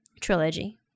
trilogy